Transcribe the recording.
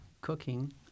Cooking